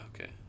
Okay